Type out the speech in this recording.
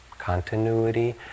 continuity